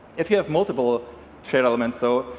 if you have multiple shared elements, though,